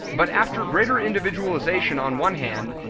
but after greater individualization on one hand,